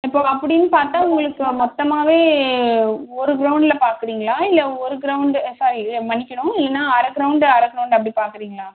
இப்போது அப்படின்னு பார்த்தா உங்களுக்கு மொத்தமாகவே ஒரு க்ரௌண்டில் பார்க்குறீங்களா இல்லை ஒரு க்ரௌண்டு சாரி மன்னிக்கணும் இல்லைன்னா அரை க்ரௌண்டு அரை க்ரௌண்டு அப்படி பார்க்குறீங்களா